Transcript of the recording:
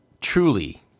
truly